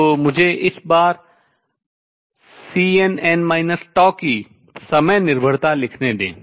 तो मुझे इस बार Cnn की समय निर्भरता लिखने दें